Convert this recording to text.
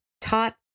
taught